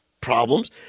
problems